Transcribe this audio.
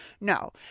No